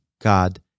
God